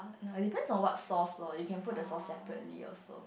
it depends on what sauce lor you can put the sauce separately also